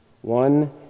One